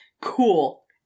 Cool